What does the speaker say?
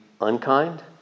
Unkind